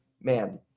Man